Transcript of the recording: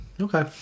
Okay